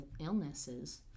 illnesses